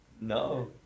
No